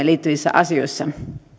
liittyvissä asioissa